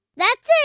that's it.